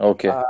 Okay